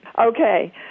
Okay